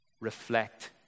reflect